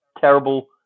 terrible